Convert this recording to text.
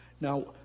Now